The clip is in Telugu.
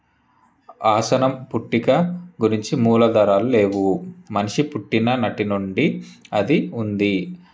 ఆసనం పుట్టిక గురించి మూలధారాలు లేవు మనిషి పుట్టిననాటినుండి అది ఉంది